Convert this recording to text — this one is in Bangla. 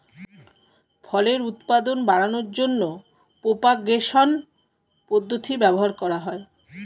ফলের উৎপাদন বাড়ানোর জন্য প্রোপাগেশন পদ্ধতি ব্যবহার করা হয়